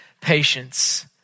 patience